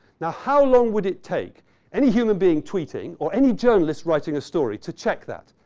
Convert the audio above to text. now, how long would it take any human being tweeting, or any journalist writing a story to check that?